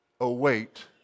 await